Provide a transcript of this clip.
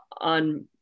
on